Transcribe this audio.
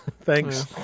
thanks